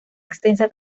extensa